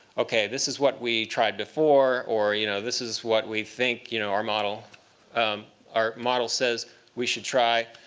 ok, this is what we tried before, or you know this is what we think you know our model um our model says we should try.